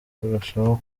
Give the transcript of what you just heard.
kurushaho